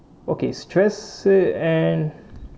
okay stress and